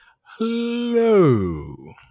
Hello